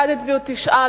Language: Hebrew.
בעד הצביעו תשעה,